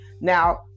Now